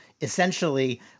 essentially